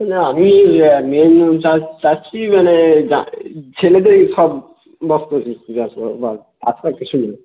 না আমি ইয়া মেন চা চাচ্ছি মানে যা ছেলেদেরই সব বস্ত্র বিক্রি আর তো কিছু নেই